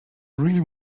really